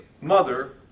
mother